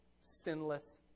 sinless